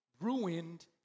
ruined